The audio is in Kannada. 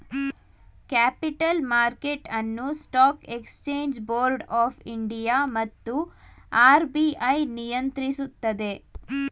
ಕ್ಯಾಪಿಟಲ್ ಮಾರ್ಕೆಟ್ ಅನ್ನು stock exchange board of India ಮತ್ತು ಆರ್.ಬಿ.ಐ ನಿಯಂತ್ರಿಸುತ್ತದೆ